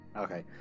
Okay